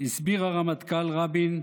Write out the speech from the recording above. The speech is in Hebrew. הסביר הרמטכ"ל רבין,